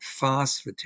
phosphatase